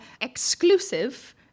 exclusive